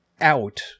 out